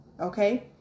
okay